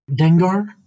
Dengar